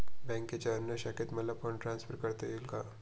बँकेच्या अन्य शाखेत मला फंड ट्रान्सफर करता येईल का?